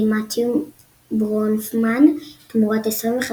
מתיו ברונפמן תמורת 25 מיליון מיליון דולר,